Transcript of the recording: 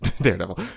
daredevil